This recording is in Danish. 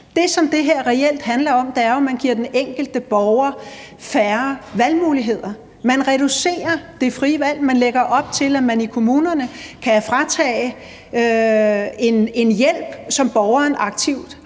reelt handler om, er jo, at man giver den enkelte borger færre valgmuligheder. Man reducerer det frie valg. Man lægger op til, at kommunerne kan fratage en hjælp, som borgeren aktivt har